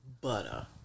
Butter